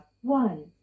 one